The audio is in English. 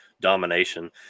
domination